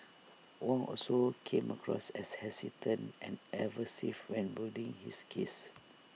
Wong also came across as hesitant and evasive when building his case